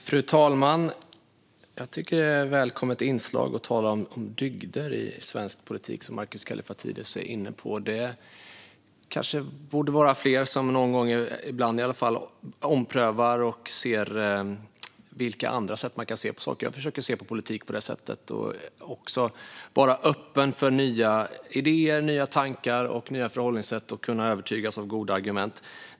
Fru talman! Jag tycker att det är ett välkommet inslag i svensk politik att tala om dygder, som Markus Kallifatides säger. Kanske fler någon gång borde ompröva och se vilka andra sätt det finns att se på saker. Jag försöker att se på politik på det sättet och vara öppen för nya idéer, tankar och förhållningssätt och kunna övertygas av goda argument.